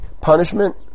punishment